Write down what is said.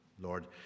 Lord